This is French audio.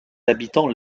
habitants